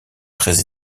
très